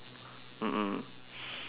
mm mm